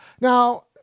Now